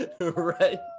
Right